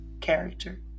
character